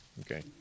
Okay